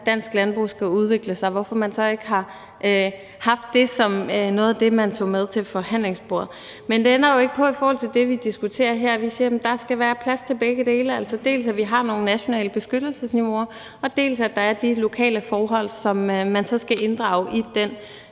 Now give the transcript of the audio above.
dansk landbrug skal udvikle sig, hvorfor man så ikke har haft det som noget af det, man tog med til forhandlingsbordet. Men det ændrer jo ikke på det, vi diskuterer her, og vi siger: Der skal være plads til begge dele, dels at vi har nogle nationale beskyttelsesniveauer, dels at der er de lokale forhold, som man så skal inddrage i den